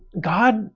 God